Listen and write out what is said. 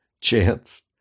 Chance